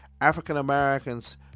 African-Americans